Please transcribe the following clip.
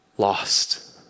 Lost